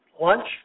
lunch